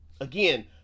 Again